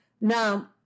Now